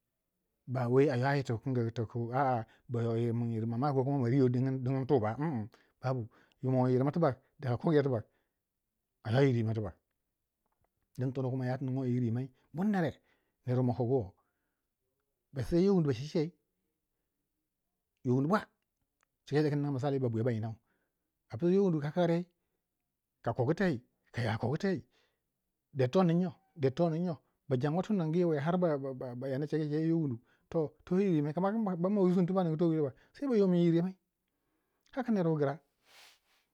ba wai a ywa yir tu kingi tu a a bayomin yir mamaki ko dingin tu ba a a babu moyirma tibak daka koguyeu a ywa yir rimai tibak din tono yatu nigoi yir rimai bur nere ner wu ma kogu wo, ba sisei yo wundu ba cecei yo wundu bwa cika yadda ku yoo in ninga min misaki y bwabwiya wu banyina a psiu yo wundu a kakari yei, ka kogu tei kaya kogu tei, der to nin nyo der to ning nyo ba janwa har ba dina a cegu ceu yo wundu to to yir rimai kama kin bama rusni tibak saiba yo man yir rimai haka ner wu gra